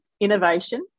Innovation